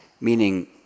meaning